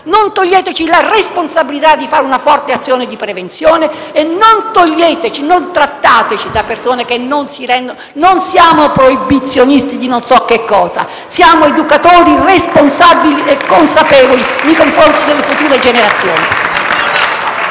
Non toglieteci la responsabilità di fare una forte azione di prevenzione; non trattateci da persone che non si rendono conto. Non siamo proibizionisti di non so che cosa: siamo educatori responsabili e consapevoli nei confronti delle future generazioni.